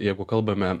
jeigu kalbame